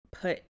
put